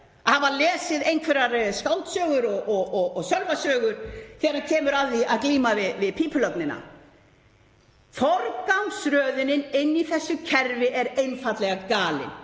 að hafa lesið einhverjar skáldsögur og Sölvasögu þegar kemur að því að glíma við pípulögnina. Forgangsröðunin í þessu kerfi er einfaldlega galin.